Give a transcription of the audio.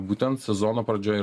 būtent sezono pradžioj